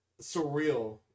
surreal